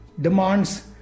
demands